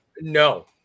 No